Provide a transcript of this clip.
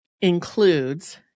includes